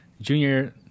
junior